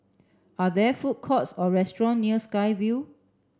are there food courts or restaurants near Sky Vue